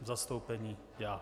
V zastoupení já.